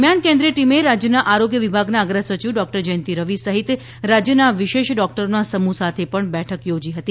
દરમિયાન કેન્દ્રિય ટીમે રાજ્યના આરોગ્ય વિભાગના અગ્ર સચિવ ડોક્ટર જ્યંતિ રવિ સહિત રાજ્યના વિશેષ ડોક્ટરોના સમૂહ સાથે પણ બેઠક યોજી હતી